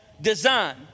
design